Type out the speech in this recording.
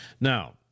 Now